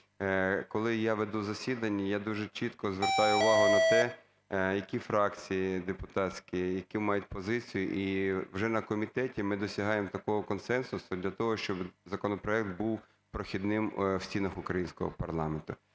коли я веду засідання, я дуже чітко звертаю увагу на те, які фракції депутатські, які мають позицію, і вже на комітеті ми досягаємо такого консенсусу для того, щоб законопроект був прохідним в стінах українського парламенту.